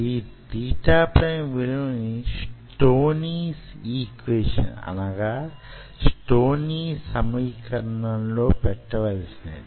ఈ theta prime విలువ స్టోనీ సమీకరణం లో పెట్టవలసినది